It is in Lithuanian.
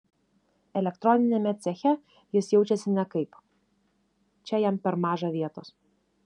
elektroniniame ceche jis jaučiasi nekaip čia jam per maža vietos